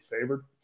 favored